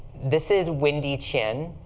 this is windy chien.